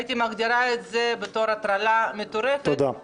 הייתי מגדירה את זה בתור הטרלה מטורפת מצד חברי הכנסת סמוטריץ' וקרעי,